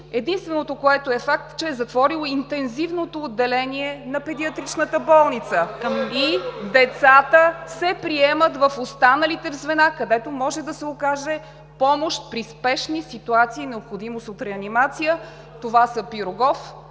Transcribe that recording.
единственото, което е факт, е, че е затворило Интензивното отделение на Педиатричната болница и децата се приемат в останалите звена, където може да се окаже помощ при спешни ситуации и необходимост от реанимация – това са Пирогов,